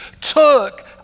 took